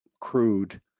crude